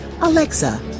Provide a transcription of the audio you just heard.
Alexa